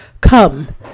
Come